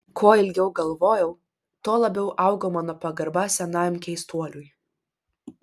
kuo ilgiau galvojau tuo labiau augo mano pagarba senajam keistuoliui